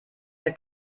der